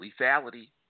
lethality